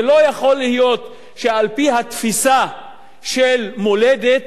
זה לא יכול להיות שעל-פי התפיסה של מולדת,